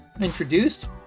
introduced